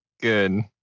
good